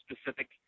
specific